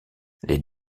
les